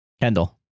Kendall